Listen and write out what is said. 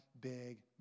big